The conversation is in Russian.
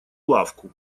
лавку